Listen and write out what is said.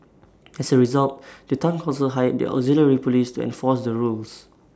as A result the Town Council hired the auxiliary Police enforce the rules